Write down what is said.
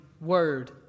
word